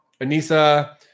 Anissa